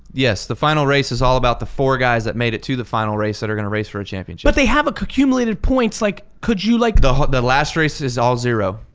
yes the final race is all about the four guys that made it to the final race that are gonna race for championship. but they have accumulated points, like could you like? the the last race is all zero.